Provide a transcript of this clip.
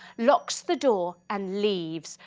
locks the door and leaves,